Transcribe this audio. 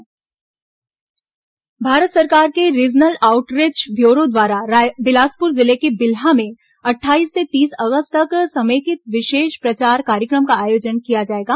DFP जागरूकता संचार भारत सरकार के रीजनल आउटरीच ब्यूरो द्वारा बिलासपुर जिले के बिल्हा में अट्ठाईस से तीस अगस्त तक समेकित विशेष प्रचार कार्यक्रम का आयोजन किया जाएगा